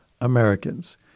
Americans